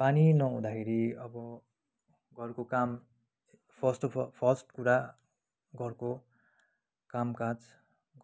पानी नहुँदाखेरि अब घरको काम फर्स्ट अफ फर्स्ट कुरा घरको कामकाज